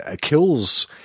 kills